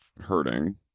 hurting